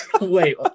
Wait